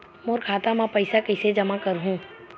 मोर खाता म पईसा कइसे जमा करहु?